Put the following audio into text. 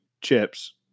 chips